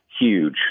huge